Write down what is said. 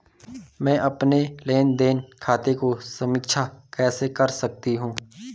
मैं अपने लेन देन खाते की समीक्षा कैसे कर सकती हूं?